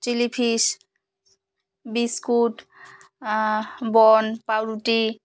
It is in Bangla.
চিলি ফিশ বিস্কুট বন পাউরুটি